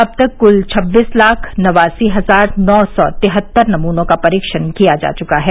अब तक क्ल छब्बीस लाख नवासी हजार नौ सौ तिहत्तर नमूनों का परीक्षण किया जा चुका है